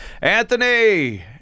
Anthony